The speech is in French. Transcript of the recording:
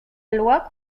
loi